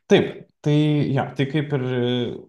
taip tai jo tai kaip ir